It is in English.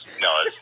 No